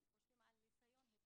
הם חושבים על ניסיון התאבדות,